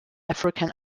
african